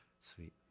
Sweet